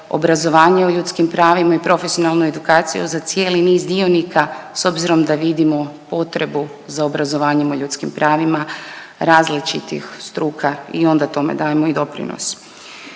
obrazovanje o ljudskim pravima i profesionalnu edukaciju za cijeli niz dionika s obzirom da vidimo potrebu za obrazovanjem o ljudskim pravima različitih struka i onda tome dajemo i doprinos.